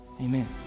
Amen